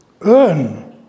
earn